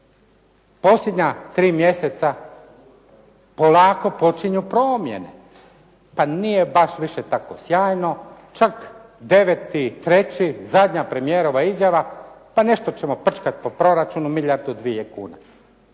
Posljednja tri mjeseca, polako počinju promjene. Pa nije baš više tako sjajno, čak 9. 3. zadnja premijerova izjava, pa nešto ćemo prčkati po proračunu milijardu ili dvije kuna.